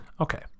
Okay